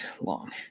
long